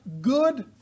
good